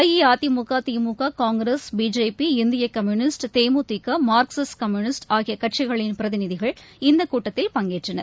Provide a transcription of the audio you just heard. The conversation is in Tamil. அஇஅதிமுக திமுக காங்கிரஸ் பிஜேபி இந்தியகம்யூனிஸ்ட் தேமுதிக மார்க்சிஸ்ட் கம்யூனிஸ்ட் ஆகியகட்சிகளின் பிரதிநிதிகள் இந்தகூட்டத்தில் பங்கேற்றனர்